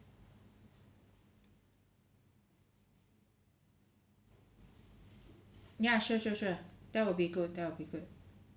ya sure sure sure that will be good that will be good